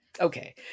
Okay